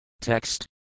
Text